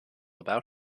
about